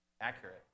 accurate